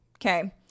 Okay